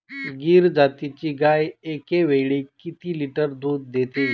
गीर जातीची गाय एकावेळी किती लिटर दूध देते?